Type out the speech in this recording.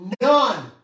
None